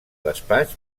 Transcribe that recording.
despatx